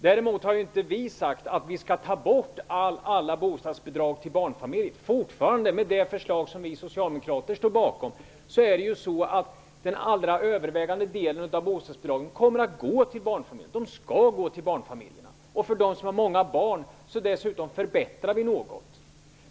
Däremot har vi inte sagt att vi skall ta bort alla bostadsbidrag till barnfamiljerna. Fortfarande, med det förslag som vi socialdemokrater står bakom, kommer den övervägande delen av bostadsbidragen att gå till barnfamiljerna, och de skall gå till barnfamiljerna. För dem som har många barn förbättrar vi dessutom något.